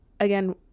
again